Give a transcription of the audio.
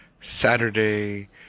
Saturday